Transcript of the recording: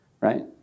right